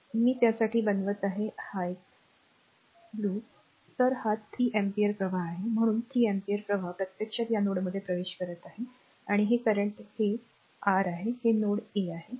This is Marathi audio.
मी त्यासाठी बनवत आहे तर हा 3 अँपिअर प्रवाह आहे म्हणून 3 अँपिअर प्रवाह प्रत्यक्षात या नोडमध्ये प्रवेश करत आहेआणि हे करंट हे आर आहे हे नोड ए आहे